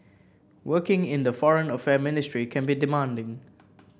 working in the Foreign Affair ministry can be demanding